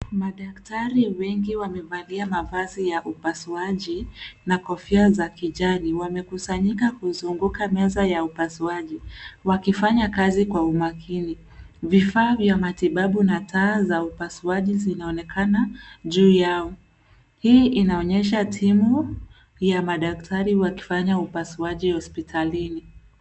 Madaktari wengi wamevalia mavazi ya upasuaji, na kofia za kijani. Wamekusanyika kuzunguka meza ya upasuaji. Wakifanya kazi kwa umakini. Vifaa vya matibabu na taa za upasuaji zinaonekana juu yao. Hii inaonyesha timu, ya madaktari wakifanya upasuaji hospitalini.